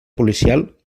policial